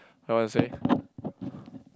what you want to say